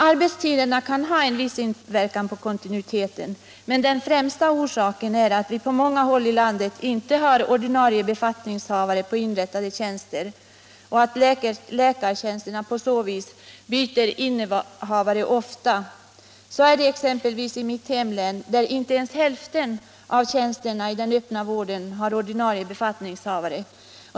Arbetstiderna kan ha en viss inverkan på kontinuiteten, men den främsta orsaken till bristen på kontinuitet är att vi på många håll i landet inte har ordinarie befattningshavare på inrättade tjänster och att läkartjänsterna på så vis byter innehavare ofta. Så är det exempelvis i mitt hemlän, där inte ens hälften av tjänsterna i den öppna vården har ordinarie innehavare.